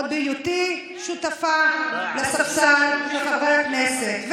עוד בהיותי שותפה לספסל של חברי הכנסת,